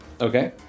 Okay